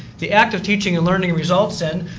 the act of teaching and learning results in